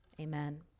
Amen